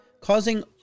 causing